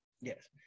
Yes